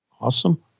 Awesome